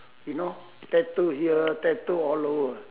you know tattoo here tattoo all over